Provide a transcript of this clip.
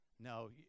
No